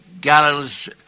gallons